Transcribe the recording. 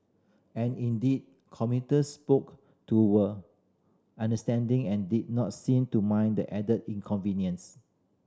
and indeed commuters spoke to were understanding and did not seem to mind the added inconvenience